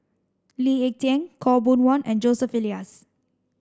Lee Ek Tieng Khaw Boon Wan and Joseph Elias